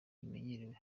imyemerere